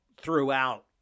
throughout